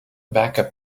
backup